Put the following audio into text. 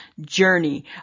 journey